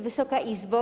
Wysoka Izbo!